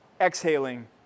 exhaling